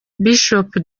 bishop